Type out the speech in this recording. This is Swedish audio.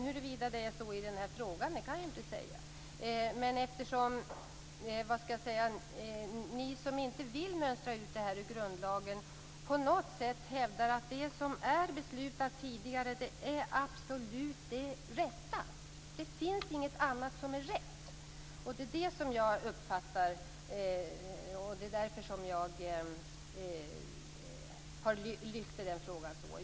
Huruvida det är så i den här frågan kan jag inte säga. Ni som inte vill mönstra ut detta ur grundlagen hävdar på något sätt att det som är beslutat tidigare är det absolut rätta. Det finns inget annat som är rätt. Det är så jag uppfattar det, och det var därför som jag lyfte fram den frågan.